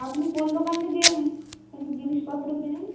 আপনি কোন দোকান থেকে মুদির জিনিসপত্র কেনেন